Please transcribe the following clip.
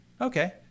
Okay